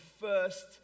first